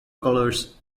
colors